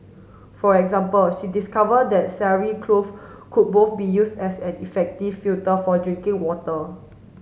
for example she discover that sari cloth could both be use as an effective filter for drinking water